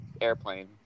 airplane